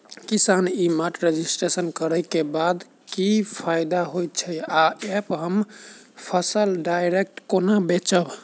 किसान e mart registration करै केँ बाद की फायदा होइ छै आ ऐप हम फसल डायरेक्ट केना बेचब?